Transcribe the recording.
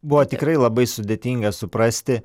buvo tikrai labai sudėtinga suprasti